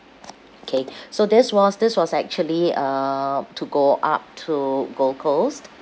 K so this was this was actually uh to go up to gold coast